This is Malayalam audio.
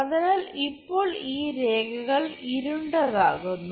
അതിനാൽ ഇപ്പോൾ ഈ രേഖകൾ ഇരുണ്ടതാക്കുക